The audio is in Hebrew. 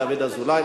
דוד אזולאי,